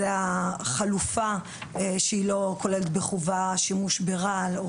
זה החלופה שהיא לא כוללת בחובה שימוש ברעל.